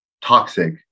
toxic